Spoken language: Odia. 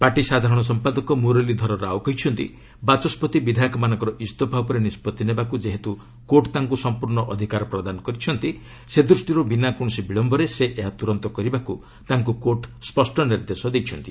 ପାର୍ଟି ସାଧାରଣ ସମ୍ପାଦକ ମୁରଲୀଧର ରାଓ କହିଛନ୍ତି ବାଚସ୍ୱତି ବିଧାୟକମାନଙ୍କ ଇସ୍ତଫା ଉପରେ ନିଷ୍ପଭି ନେବାକୁ ଯେହେତୁ କୋର୍ଟ ତାଙ୍କୁ ସମ୍ପର୍ଣ୍ଣ ଅଧିକାର ପ୍ରଦାନ କରିଛନ୍ତି ସେଦୃଷ୍ଟିରୁ ବିନା କୌଣସି ବିଳୟରେ ସେ ଏହା ତ୍ରର୍ତ କରିବାକୁ ତାଙ୍କୁ କୋର୍ଟ ସ୍ୱଷ୍ଟ ନିର୍ଦ୍ଦେଶ ଦେଇଛନ୍ତି